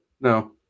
No